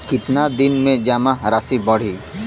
कितना दिन में जमा राशि बढ़ी?